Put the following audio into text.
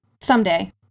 someday